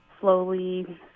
slowly